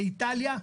לאיטליה,